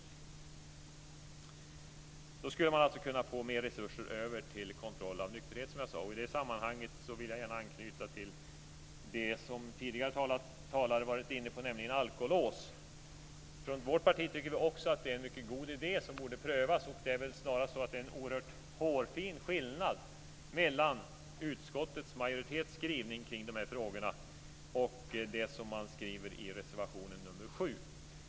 Man skulle alltså kunna få mer resurser över till kontroll av nykterheten, som jag tidigare sagt. I det sammanhanget vill jag gärna anknyta till det som tidigare talare varit inne på, nämligen detta med alkolås. Också från vårt parti tycker vi att det är en mycket god idé som borde prövas. Det är väl snarast så att det är en hårfin skillnad mellan skrivningen från utskottets majoritet kring de här frågorna och det som skrivs i reservation nr 7.